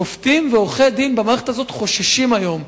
ששופטים ועורכי-דין במערכת הזאת חוששים היום.